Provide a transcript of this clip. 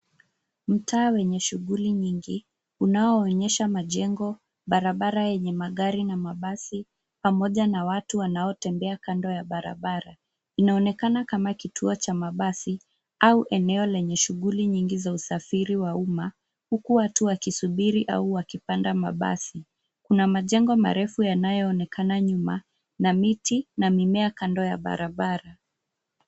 Mtaa wenye shughuli nyingi, unaoonyesha majengo, barabara yenye magari, na mabasi, pamoja na watu wanaotembea kando ya barabara. Inaonekana kama kituo cha mabasi au eneo lenye shughuli nying za usafiri wa umma, huku watu wakisubiri au wakipanda mabasi. Kuna majengo marefu yanayoonekana nyuma, na miti na mimea kando ya barabara.